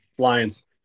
lions